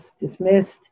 dismissed